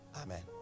Amen